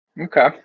Okay